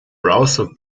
browser